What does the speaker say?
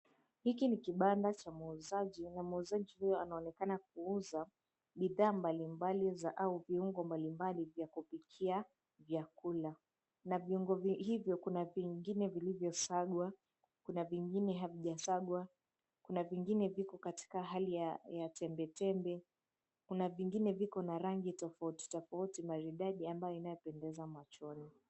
Hiki ni kibanda cha muuzaji, anaonekana kuuza bidhaa mbalimbali au viungo vya kupikia vyakula, vingine vilivyosagwa, vingine havijasagwa na vilivyo katika hali ya tembetembe kisha viko na rangi tofautitofauti maridadi inayopendeza machoni.